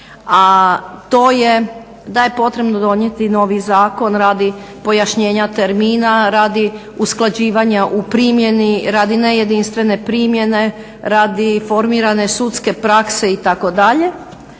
a to je da je potrebno donijeti novi zakon radi pojašnjenja termina, radi usklađivanja u primjeni, radi nejedinstvene primjene, radi formirane sudske prakse itd.